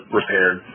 repaired